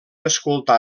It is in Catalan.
escoltar